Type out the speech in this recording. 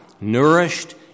nourished